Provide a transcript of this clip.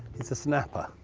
he's a snapper.